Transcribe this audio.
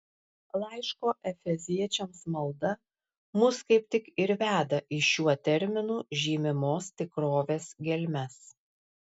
laiško efeziečiams malda mus kaip tik ir veda į šiuo terminu žymimos tikrovės gelmes